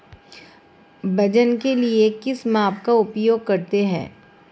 वजन के लिए किस माप का उपयोग करते हैं?